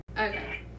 Okay